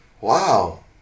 Wow